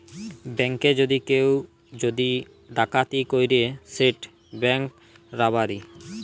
ব্যাংকে যদি কেউ যদি ডাকাতি ক্যরে সেট ব্যাংক রাবারি